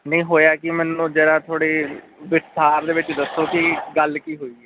ਨਹੀਂ ਹੋਇਆ ਕੀ ਮੈਨੂੰ ਜਰਾ ਥੋੜ੍ਹੀ ਵਿਸਥਾਰ ਦੇ ਵਿੱਚ ਦੱਸੋ ਕਿ ਗੱਲ ਕੀ ਹੋਈ ਆ